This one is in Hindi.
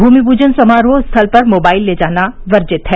भूमि पूजन समारोह स्थल पर मोबाइल ले जाना वर्जित है